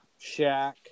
Shaq